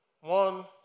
one